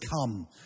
come